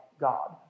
God